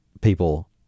people